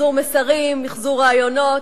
מיחזור מסרים, מיחזור רעיונות.